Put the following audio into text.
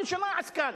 כל שנה עסקן.